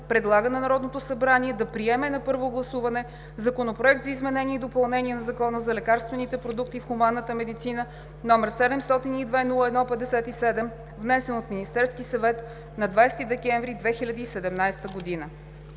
предлага на Народното събрание да приеме на първо гласуване Законопроект за изменение и допълнение на Закона за лекарствените продукти в хуманната медицина, № 702-01-57, внесен от Министерския съвет на 20 декември 2017 г.“